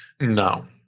No